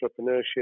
entrepreneurship